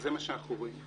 זה מה שאנחנו רואים.